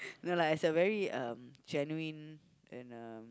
no lah is a very uh genuine and uh